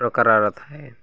ପ୍ରକାରର ଥାଏ